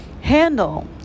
handle